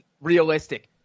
realistic